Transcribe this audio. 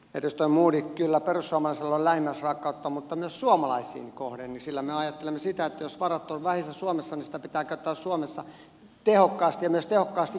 edustaja modig kyllä perussuomalaisilla on lähimmäisenrakkautta mutta myös suomalaisia kohtaan sillä me ajattelemme niin että jos varat ovat vähissä suomessa niin niitä pitää käyttää suomessa tehokkaasti ja myös tehokkaasti kehitysaputyössä